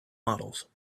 models